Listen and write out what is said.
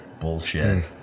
bullshit